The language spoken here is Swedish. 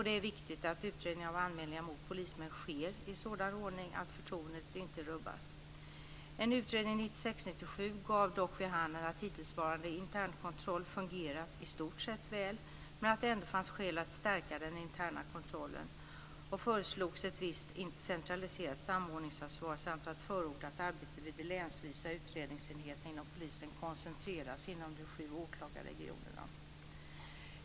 Det är viktigt att utredningar och anmälningar mot polismän sker i sådan ordning att förtroendet inte rubbas. En utredning 1996/97 gav dock vid handen att hittillsvarande internkontroll fungerat i stort sett väl men att det ändå fanns skäl att stärka den interna kontrollen. Det föreslogs ett visst centraliserat samordningsansvar samt förordades att arbetet vid de länsvisa utredningsenheterna inom polisen koncentreras inom de sju åklagarregionerna.